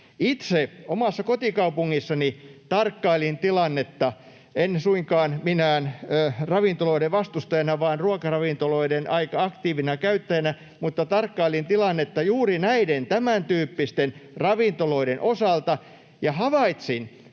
Itse omassa kotikaupungissani tarkkailin tilannetta — en suinkaan minään ravintoloiden vastustajana vaan ruokaravintoloiden aika aktiivisena käyttäjänä — juuri näiden tämäntyyppisten ravintoloiden osalta ja havaitsin,